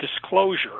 disclosure